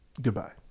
Goodbye